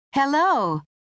Hello